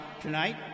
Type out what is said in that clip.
tonight